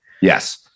Yes